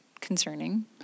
concerning